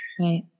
Right